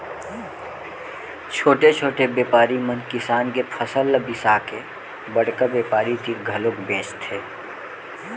छोटे छोटे बेपारी मन किसान के फसल ल बिसाके बड़का बेपारी तीर घलोक बेचथे